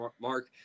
mark